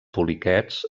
poliquets